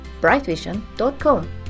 brightvision.com